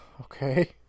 okay